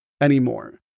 anymore